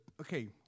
okay